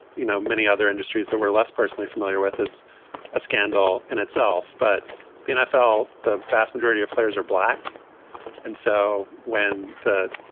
you know, many other industries that were less personally familiar with is a scandal in itself. but the nfl, the vast majority of players are black and so when that.